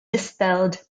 misspelled